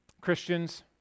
christians